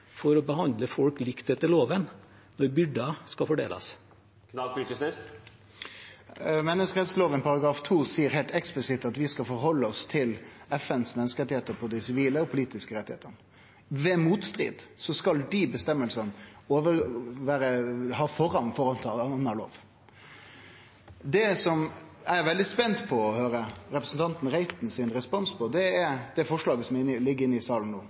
for å behandle folk likt etter loven når byrder skal fordeles? Menneskerettslova § 2 seier heilt eksplisitt at vi skal følgje opp FNs menneskerettar, både dei sivile og dei politiske rettane. Ved motstrid skal dei føresegnene ha forrang framfor anna lov. Det som eg er veldig spent på å høyre representanten Reiten sin respons på, er det forslaget som ligg inne i salen no,